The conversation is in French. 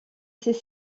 ces